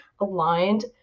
aligned